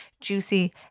juicy